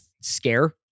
scare